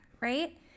right